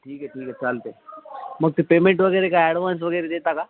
ठीक आहे ठीक आहे चालते मग ते पेमेंट वगैरे काय ॲडवाान्स वगैरे देता का